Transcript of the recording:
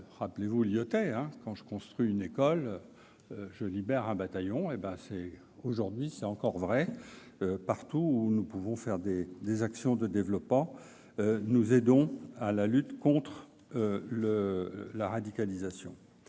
de Lyautey : quand je construis une école, je libère un bataillon. Aujourd'hui, c'est encore vrai : partout où nous menons des actions de développement, nous aidons à la lutte contre la radicalisation.